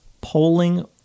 polling